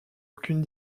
aucune